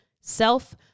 Self